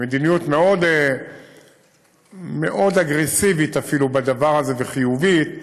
מדיניות מאוד אגרסיבית אפילו בדבר הזה, וחיובית: